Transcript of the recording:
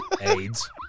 AIDS